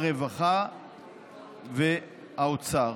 הרווחה והאוצר.